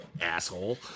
Asshole